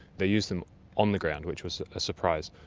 they used them on the ground, which was a surprise.